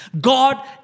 God